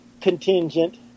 contingent